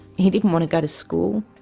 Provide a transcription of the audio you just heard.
he didn't want to go to school.